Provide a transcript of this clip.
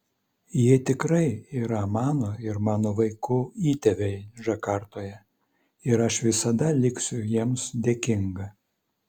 jie tikrai yra mano ir mano vaikų įtėviai džakartoje ir aš visada liksiu jiems dėkinga